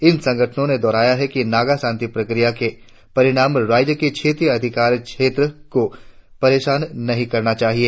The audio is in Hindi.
इन संगठनों ने दोहराया है कि नागा शांति प्रक्रिया के परिणाम राज्य के क्षेत्रीय अधिकार क्षेत्र को परेशान नही करना चाहिए